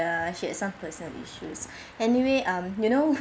err she had some personal issues anyway um you know